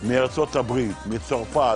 דיור יחסית לא יקר,